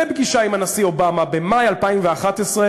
בפגישה עם הנשיא אובמה במאי 2011,